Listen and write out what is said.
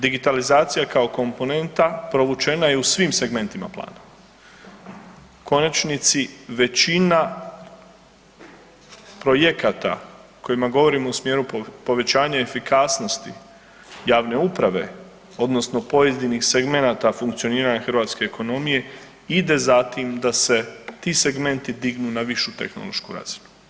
Digitalizacija kao komponenta provučena je u svim segmentima plana u konačnici većina projekta kojima govorimo u smjeru povećanja efikasnosti javne uprave odnosno pojedinih segmenata funkcioniranja hrvatske ekonomije ide za tim da se ti segmenti dignu na višu tehnološku razinu.